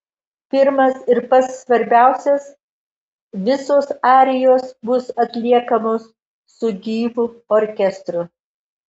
pirmas ir pats svarbiausias visos arijos bus atliekamos su gyvu orkestru